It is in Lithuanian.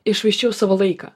iššvaisčiau savo laiką